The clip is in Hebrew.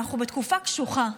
ואנחנו בתקופה קשוחה,